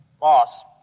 Boss